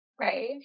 Right